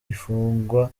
ifungwa